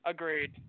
Agreed